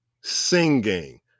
singing